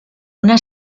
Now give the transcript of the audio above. una